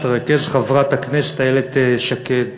שתרכז חברת הכנסת איילת שקד,